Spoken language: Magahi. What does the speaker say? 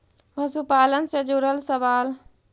पशुपालन से जुड़ल सवाल?